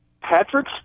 Patrick